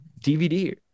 DVD